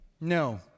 No